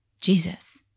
jesus